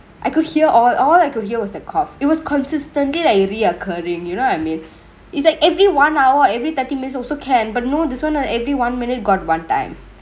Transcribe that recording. I could hear all all I could hear was the cough it was consistently like re-occurringk you know what I mean it's like every one hour every thirty minutes also can but no this one every one minutes got one time